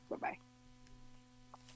Bye-bye